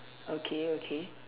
okay okay